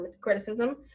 criticism